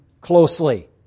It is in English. closely